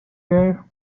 there